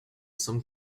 some